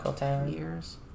years